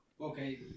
Okay